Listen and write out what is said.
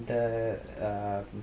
the uh